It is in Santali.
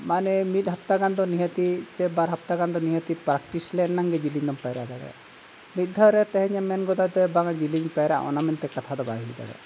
ᱢᱟᱱᱮ ᱢᱤᱫ ᱦᱟᱯᱛᱟ ᱜᱟᱱ ᱫᱚ ᱱᱤᱦᱟᱹᱛᱤ ᱥᱮ ᱵᱟᱨ ᱦᱟᱯᱛᱟ ᱜᱟᱱ ᱫᱚ ᱱᱤᱦᱟᱹᱛᱤ ᱯᱨᱮᱠᱴᱤᱥ ᱞᱮᱱᱟᱜᱮ ᱡᱤᱞᱤᱧᱫᱚᱢ ᱯᱟᱭᱨᱟ ᱫᱟᱲᱮᱭᱟᱜᱼᱟ ᱢᱤᱫ ᱫᱷᱟᱣ ᱨᱮ ᱛᱮᱦᱮᱧᱮᱢ ᱢᱮᱱ ᱜᱚᱫᱟ ᱡᱮ ᱵᱟᱝᱼᱟ ᱡᱤᱞᱤᱧᱤᱧ ᱯᱟᱭᱨᱟᱜᱼᱟ ᱚᱱᱟ ᱢᱮᱱᱛᱮ ᱠᱟᱛᱷᱟ ᱫᱚ ᱵᱟᱭ ᱦᱩᱭ ᱫᱟᱲᱮᱭᱟᱜᱼᱟ